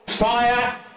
Fire